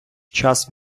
час